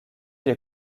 des